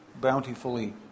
bountifully